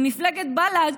את מפלגת בל"ד,